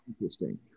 Interesting